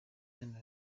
inama